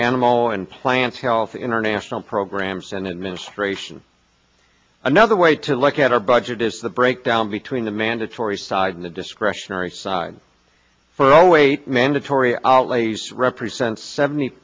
animal and plant health international programs and administration another way to look at our budget is the breakdown between the mandatory side and the discretionary side for the weight mandatory outlays represent seventy